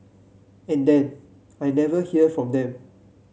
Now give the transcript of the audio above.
and then I never hear from them